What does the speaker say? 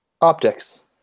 optics